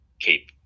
keep